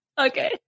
Okay